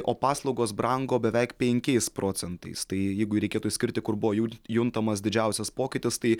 o paslaugos brango beveik penkiais procentais tai jeigu reikėtų išskirti kur buvo jų juntamas didžiausias pokytis tai